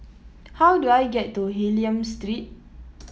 how do I get to Hylam Street